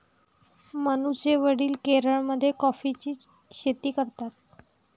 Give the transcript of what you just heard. मनूचे वडील केरळमध्ये कॉफीची शेती करतात